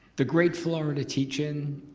the great florida teach-in,